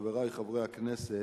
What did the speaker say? חברי חברי הכנסת,